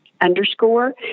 underscore